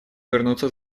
вернуться